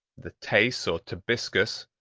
the teyss or tibiscus,